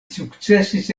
sukcesis